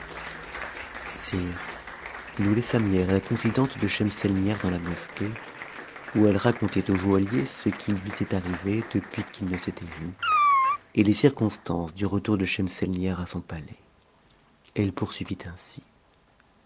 nous laissâmes hier la confidente de schemselnihar dans la mosquée où elle racontait au joaillier ce qui lui était arrivé depuis qu'ils ne s'étaient vus et les circonstances du retour de schemselnihar à son pa is elle poursuivit ainsi